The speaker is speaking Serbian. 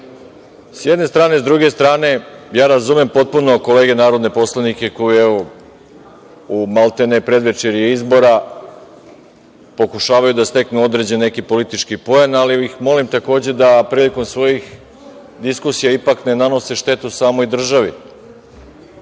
s jedne strane.S druge strane, ja razumem potpuno kolege narodne poslanike koji, evo, u maltene predvečerje izbora pokušavaju da steknu neki određeni politički poen, ali ih molim takođe da prilikom svojih diskusija ipak ne nanose štetu samoj državi. Čuli